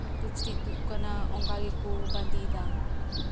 ᱠᱤᱪᱨᱤᱡ ᱛᱩᱫ ᱟᱠᱟᱱᱟ ᱚᱱᱠᱟ ᱜᱮᱠᱚ ᱵᱟᱸᱫᱮ ᱮᱫᱟ